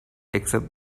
except